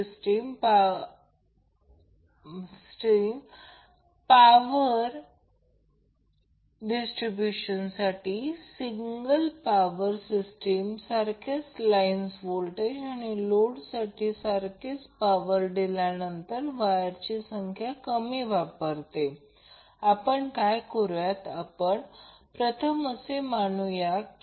उदाहरणार्थ समजा या प्रकरणांची तुलना करा आणि दोन्हीमध्ये सिंगल फेज किंवा थ्री फेजमधे असे गृहीत धरा की वायर समान सामग्रीच्या बनवलेल्या आहेत